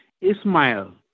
Ismail